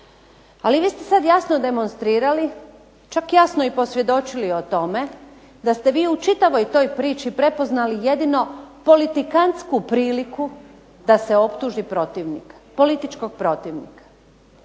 Ali vi ste sad jasno demonstrirali, čak jasno i posvjedočili o tome da ste vi u čitavoj toj priči prepoznali jedino politikantsku priliku da se optužiti protivnika, političkog protivnika.